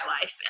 life